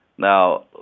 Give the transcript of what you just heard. Now